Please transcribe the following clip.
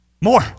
More